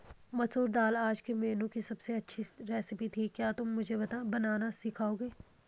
मसूर दाल आज के मेनू की अबसे अच्छी रेसिपी थी क्या तुम मुझे बनाना सिखाओंगे?